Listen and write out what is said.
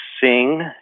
sing